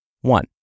One